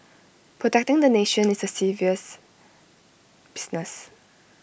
protecting the nation is serious business